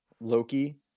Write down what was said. Loki –